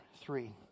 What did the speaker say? three